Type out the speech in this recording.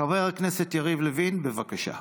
חבר הכנסת יריב לוין, בבקשה.